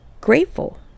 grateful